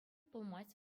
пулмасть